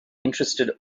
interested